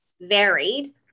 varied